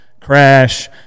crash